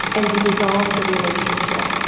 and you dissolve the relationship,